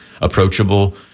approachable